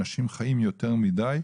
אנשים חיים יותר מידי,